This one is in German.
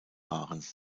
waren